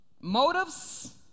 motives